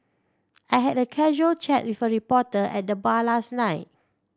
I had a casual chat reporter at the bar last night